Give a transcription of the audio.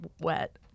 wet